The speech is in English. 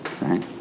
right